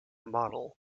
model